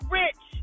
rich